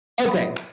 okay